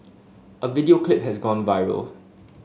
a video clip has gone viral